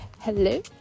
Hello